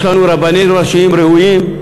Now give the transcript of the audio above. יש לנו רבנים ראשים ראויים,